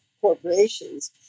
corporations